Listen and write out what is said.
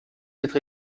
être